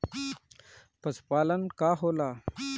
पशुपलन का होला?